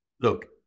Look